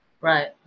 right